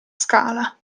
scala